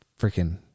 freaking